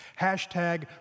Hashtag